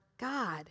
God